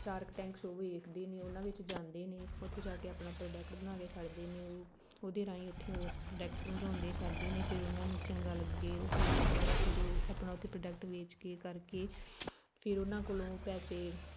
shark Tank show ਵੇਖਦੇ ਨੇ ਉਹਨਾਂ ਵਿੱਚ ਜਾਂਦੇ ਨੇ ਉੱਥੇ ਜਾ ਕੇ ਆਪਣਾ ਪ੍ਰੋਡਕਟ ਬਣਾ ਕੇ ਖੜ੍ਹਦੇ ਨੇ ਉਹ ਉਹਦੇ ਰਾਹੀਂ ਉੱਥੇ ਉਹ ਪ੍ਰੋਡੈਕਟਸ ਸਮਝਾਉਂਦੇ ਕਰਦੇ ਨੇ ਫਿਰ ਉਹਨਾਂ ਨੂੰ ਚੰਗਾ ਲੱਗੇ ਉਹ ਸਹੀ ਲੱਗਦਾ ਵਾ ਫਿਰ ਉਹ ਆਪਣਾ ਉੱਥੇ ਪ੍ਰੋਡਕਟ ਵੇਚ ਕੇ ਕਰਕੇ ਫਿਰ ਉਹਨਾਂ ਕੋਲੋਂ ਪੈਸੇ